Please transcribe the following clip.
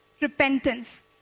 repentance